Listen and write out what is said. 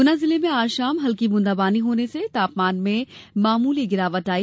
गुना जिले में आज शाम हल्की बूंदाबांदी होने से तापमान में मामूली गिरावट आई